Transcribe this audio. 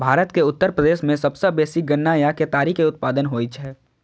भारत के उत्तर प्रदेश मे सबसं बेसी गन्ना या केतारी के उत्पादन होइ छै